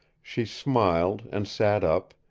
she smiled, and sat up,